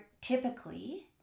typically